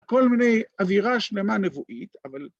כל מיני אווירה שלמה נבואית, אבל...